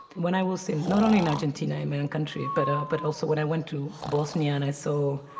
when i was in not only in argentina, in my own country, but but also when i went to bosnia and i saw